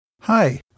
Hi